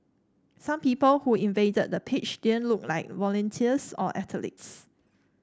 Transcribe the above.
some people who invaded the pitch didn't look like volunteers or athletes